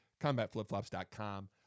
CombatFlipFlops.com